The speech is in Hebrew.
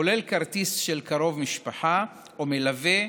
כולל כרטיס של קרוב משפחה או מלווה,